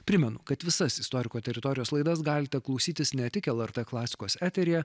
primenu kad visas istoriko teritorijos laidas galite klausytis ne tik lrt klasikos eteryje